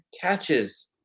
catches